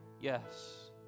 Yes